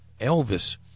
Elvis